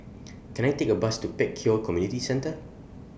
Can I Take A Bus to Pek Kio Community Centre